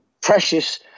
precious